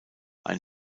ein